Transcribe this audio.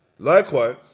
Likewise